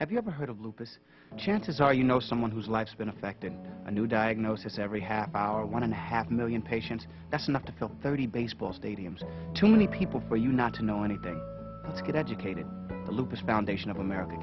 have you ever heard of lupus chances are you know someone whose life has been affected a new diagnosis every half hour one and a half million patients that's enough to fill thirty baseball stadiums too many people for you not to know anything get educated